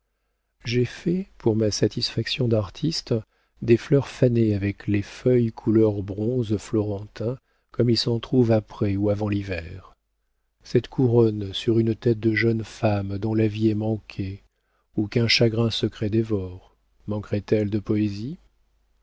j'ai fait pour ma satisfaction d'artiste des fleurs fanées avec les feuilles couleur bronze florentin comme il s'en trouve après ou avant l'hiver cette couronne sur une tête de jeune femme dont la vie est manquée ou qu'un chagrin secret dévore manquerait elle de poésie